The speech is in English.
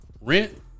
rent